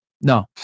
No